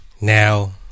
now